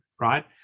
right